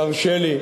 תרשה לי,